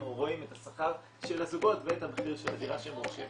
רואים את השכר של הזוגות ואת המחיר של הדירה שהם רוכשים.